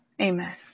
Amen